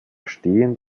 stehend